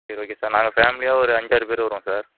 சரி okay sir நாங்கள் பேமிலியாக ஒரு அஞ்சாறு பேர் வருவோம் சார்